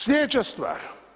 Sljedeća stvar.